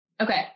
Okay